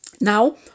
Now